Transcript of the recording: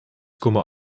komen